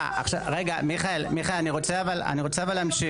מיכאל, אני רוצה להמשיך.